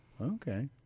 Okay